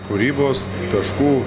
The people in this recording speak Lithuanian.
kūrybos taškų